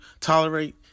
tolerate